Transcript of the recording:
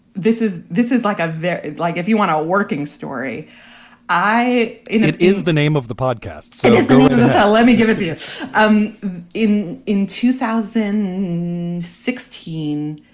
this is this is like a very like if you want to a working story i mean, it is the name of the podcasts let me give it to you um in in two thousand and sixteen.